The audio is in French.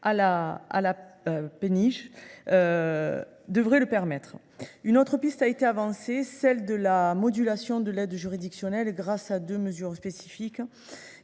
(Pnij), devraient le permettre. Une autre piste a été avancée : celle de la modulation de l’aide juridictionnelle, grâce à deux mesures spécifiques,